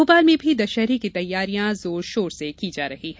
मोपाल में भी दशहरे की तैयारियां जोर शोर से की जा रही है